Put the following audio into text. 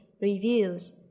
reviews